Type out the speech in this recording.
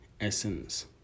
essence